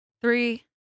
Three